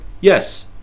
yes